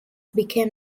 became